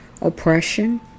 oppression